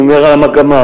אני מדבר על המגמה,